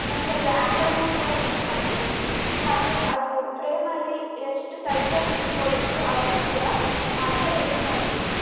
next ಅದರ ಆ್ಯಂಗಲನ್ನು ಕೂಡ ಸೆಟ್ ಮಾಡ್ಕೋತೀನಿ ಹಾಗೆ ಅದು ಫ್ರೇಮಲ್ಲಿ ಎಷ್ಟು ಸೈಝಲ್ಲಿ ಕೂತ್ಕೋಬೇಕೋ ಅದನ್ನೂ ಕೂಡ ಆಮೇಲೆ ಎಡಿಟ್ ಮಾಡ್ಕೋತೀನಿ